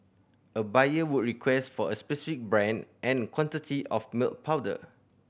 a buyer would request for a specific brand and quantity of milk powder